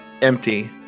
empty